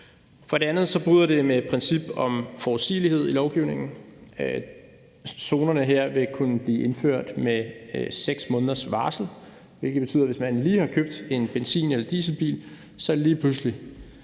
For det andet bryder det med et princip om forudsigelighed i lovgivningen. Zonerne her vil kunne blive indført med 6 måneders varsel, hvilket kan betyde, at hvis man lige har købt en benzin- eller dieselbil, bliver den lige pludselig